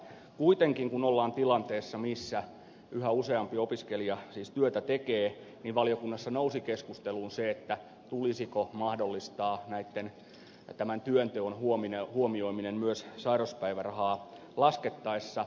kuitenkin kun ollaan tilanteessa missä yhä useampi opiskelija siis työtä tekee niin valiokunnassa nousi keskusteluun se tulisiko mahdollistaa tämän työnteon huomioiminen myös sairauspäivärahaa laskettaessa